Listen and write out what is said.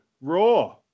Raw